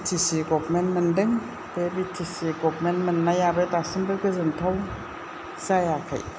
BTC government मोन्दों बे BTC government मोननायाबो दासिमबो गोजोनथाव जायाखै